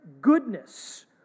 goodness